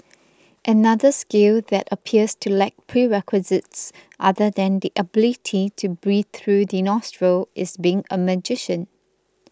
another skill that appears to lack prerequisites other than the ability to breathe through the nostrils is being a magician